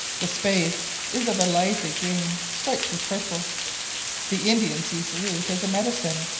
the spathe is of a lively green, striped with purple the indians use the root as a medicine,